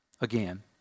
again